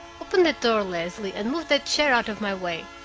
open that door, leslie, and move that chair out of my way.